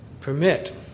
permit